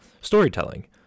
storytelling